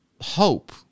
hope